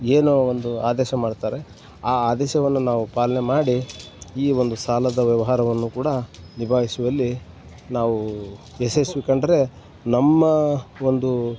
ಏನು ಒಂದು ಆದೇಶ ಮಾಡ್ತಾರೆ ಆ ಆದೇಶವನ್ನು ನಾವು ಪಾಲನೆ ಮಾಡಿ ಈ ಒಂದು ಸಾಲದ ವ್ಯವಹಾರವನ್ನು ಕೂಡ ನಿಭಾಯಿಸುವಲ್ಲಿ ನಾವು ಯಶಸ್ವಿ ಕಂಡರೆ ನಮ್ಮ ಒಂದು